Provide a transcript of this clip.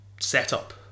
setup